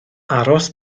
aros